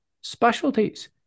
specialties